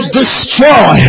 destroy